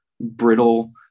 brittle